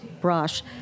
brush